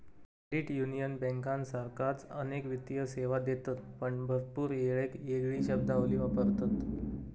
credit union बँकांसारखाच अनेक वित्तीय सेवा देतत पण भरपूर येळेक येगळी शब्दावली वापरतत